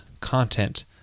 content